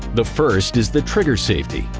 the first is the trigger safety.